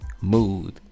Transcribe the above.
mood